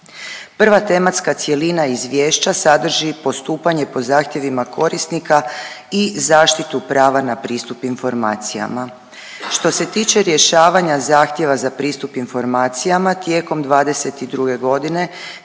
Prva tematska cjelina izvješća sadrži postupanje po zahtjevima korisnika i zaštitu prava na pristup informacijama. Što se tiče rješavanja zahtjeva za pristup informacijama tijekom '22. godine